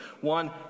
One